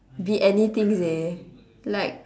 be anything seh like